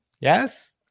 Yes